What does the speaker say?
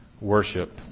worship